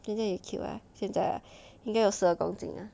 现在也 cute ah 现在 ah 应该有十二公斤了